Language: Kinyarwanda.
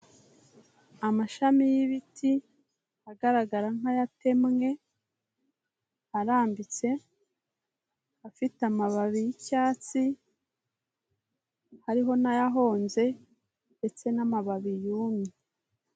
Amashami y'ibiti agaragara nk'ayatemwe, arambitse, afite amababi y'icyatsi, hariho n'ayahonze ndetse n'amababi yumye.